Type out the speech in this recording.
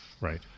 right